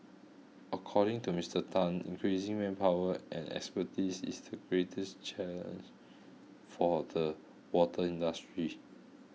according to Mister Tan increasing manpower and expertise is the greatest challenge for the water industry